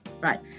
right